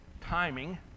timing